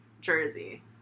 Jersey